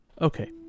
Okay